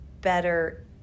better